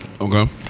Okay